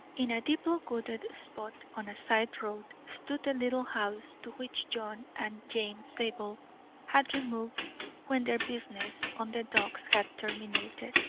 in a deeply wooded spot on a side road stood the little house to which john and james zabel had removed when their business on the docks had terminated.